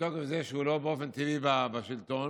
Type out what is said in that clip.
מתוקף זה שבאופן טבעי הוא לא בשלטון,